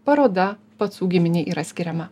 paroda pacų giminei yra skiriama